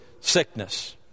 sickness